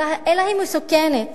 אלא היא מסוכנת.